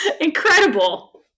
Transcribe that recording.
Incredible